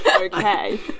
Okay